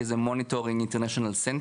monitoring international center